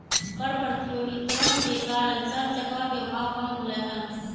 कर प्रतियोगितवन के कारण चर चकवा के भाव कम होलय है